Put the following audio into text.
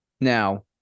Now